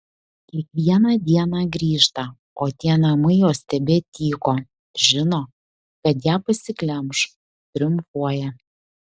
kiekvieną dieną grįžta o tie namai jos tebetyko žino kad ją pasiglemš triumfuoja